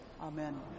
Amen